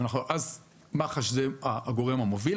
מח"ש הוא הגורם המוביל.